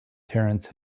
terence